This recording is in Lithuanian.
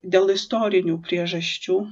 dėl istorinių priežasčių